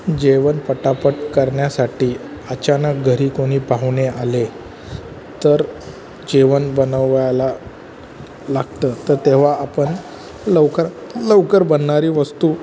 जेवण पटापट करण्यासाठी अचानक घरी कोणी पाहुणे आले तर जेवण बनवायला लागतं तर तेव्हा आपण लवकर लवकर बनणारी वस्तू